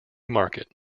market